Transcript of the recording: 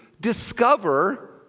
discover